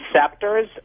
receptors